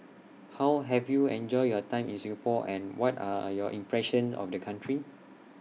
how have you enjoyed your time in Singapore and what are are your impressions of the country